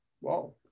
Wow